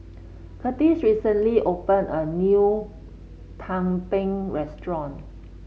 Kurtis recently opened a new Tumpeng restaurant